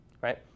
right